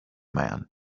man